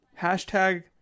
hashtag